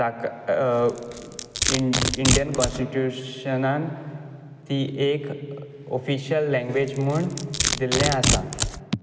Indian कॉन्स्टिट्यूशनांत ती एक ऑफिशियल लैंग्वेज म्हूण दिल्लें आसा